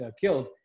killed